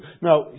Now